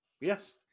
Yes